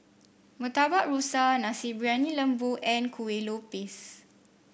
Murtabak Rusa Nasi Briyani Lembu and Kueh Lopes